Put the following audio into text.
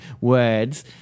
words